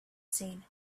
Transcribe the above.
seen